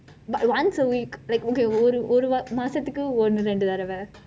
but once a week like okay ஒரு ஒரு வார மாசத்திற்கு ஒன்னு இரண்டு தடவை:oru oru vaara maasathirku ondru irandu thadavai okay what